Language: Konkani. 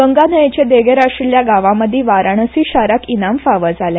गंगा न्हयेचे देगेर आशिल्या गांवांमंदी वाराणसी शाराक इनाम फावो जाले